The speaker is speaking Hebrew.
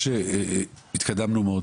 שהתקדמנו מאוד